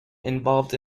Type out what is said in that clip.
involved